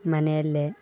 ಮನೆಯಲ್ಲೇ